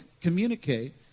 communicate